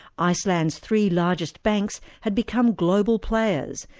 iceland's three largest banks had become global players,